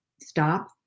stop